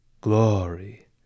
glory